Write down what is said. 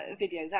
videos